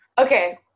Okay